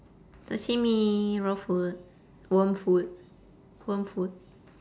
sashimi raw food warm food warm food